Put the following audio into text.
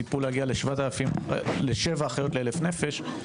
ציפו להגיע לשבע אחיות לאלף נפש,